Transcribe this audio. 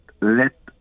let